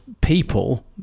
People